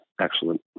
excellent